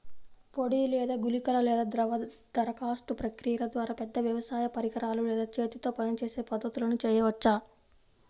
పొడి లేదా గుళికల లేదా ద్రవ దరఖాస్తు ప్రక్రియల ద్వారా, పెద్ద వ్యవసాయ పరికరాలు లేదా చేతితో పనిచేసే పద్ధతులను చేయవచ్చా?